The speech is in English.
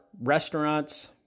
restaurants